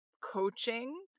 coaching